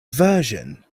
version